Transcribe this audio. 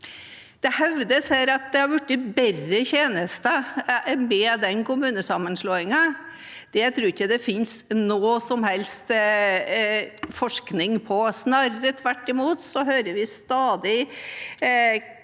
Det hevdes her at det har blitt bedre tjenester ved den kommunesammenslåingen. Det tror jeg ikke det finnes noen som helst forskning på. Snarere tvert imot hører vi stadig